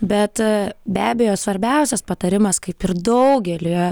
bet be abejo svarbiausias patarimas kaip ir daugelyje